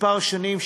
כמה שנים,